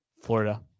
Florida